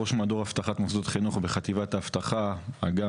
ראש מדור מוסדות חינוך ובחטיבת האבטחה אג״מ,